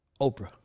Oprah